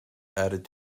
added